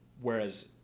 whereas